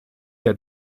der